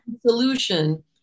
solution